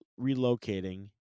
relocating